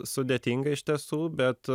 sudėtinga iš tiesų bet